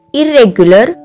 irregular